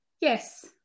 Yes